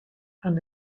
and